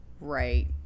right